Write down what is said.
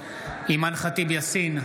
אימאן ח'טיב יאסין,